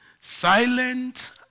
Silent